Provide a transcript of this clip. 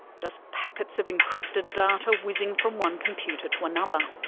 just packets of encrypted data whizzing from one computer to another.